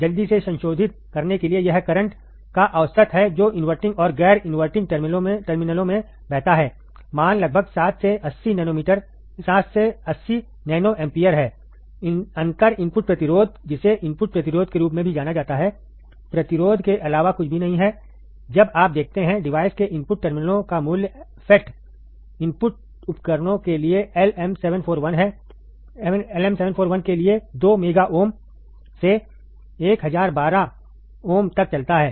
जल्दी से संशोधित करने के लिए यह करंट का औसत है जो इनवर्टिंग और गैर इनवर्टिंग टर्मिनलों में बहता है मान लगभग 7 से 80 नैनो एम्पीयर है अंतर इनपुट प्रतिरोध जिसे इनपुट प्रतिरोध के रूप में भी जाना जाता है प्रतिरोध के अलावा कुछ भी नहीं है जब आप देखते हैं डिवाइस के इनपुट टर्मिनलों मूल्य FET इनपुट उपकरणों के लिए LM741 के लिए 2 मेगा ओम से 1012 ओम तक चलता है